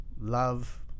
Love